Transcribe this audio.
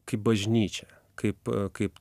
kaip bažnyčią kaip kaip